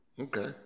Okay